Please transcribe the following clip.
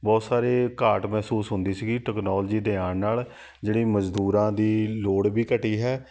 ਬਹੁਤ ਸਾਰੇ ਘਾਟ ਮਹਿਸੂਸ ਹੁੰਦੀ ਸੀਗੀ ਟੈਕਨੋਲਜੀ ਦੇ ਆਉਣ ਨਾਲ ਜਿਹੜੀ ਮਜ਼ਦੂਰਾਂ ਦੀ ਲੋੜ ਵੀ ਘਟੀ ਹੈ